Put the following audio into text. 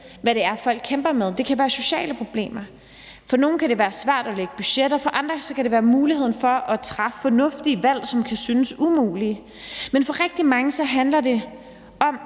hvad det er, folk kæmper med. Det kan være sociale problemer. For nogen kan det være svært at lægge budgetter, mens det for andre kan være muligheden for at træffe fornuftige valg, som kan synes umulige. Men for rigtig mange handler det om,